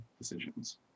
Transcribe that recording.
decisions